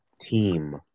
Team